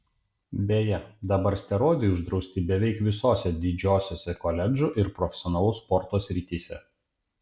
beje dabar steroidai uždrausti beveik visose didžiosiose koledžų ir profesionalaus sporto srityse